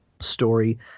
story